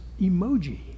emoji